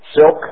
silk